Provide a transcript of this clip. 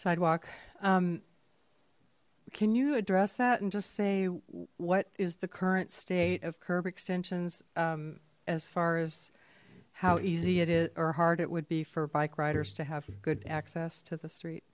sidewalk can you address that and just say what is the current state of curb extensions as far as how easy it is or hard it would be for bike riders to have good access to the street